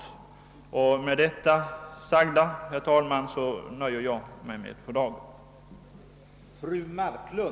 Med det sagda, herr talman, nöjer jag mig för dagen.